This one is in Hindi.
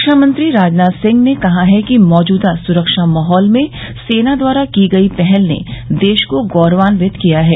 रक्षामंत्री राजनाथ सिंह ने कहा है कि मौजूदा सुरक्षा माहौल में सेना द्वारा की गई पहल ने देश को गौरवान्वित किया है